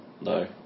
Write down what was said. No